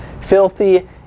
filthy